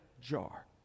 jar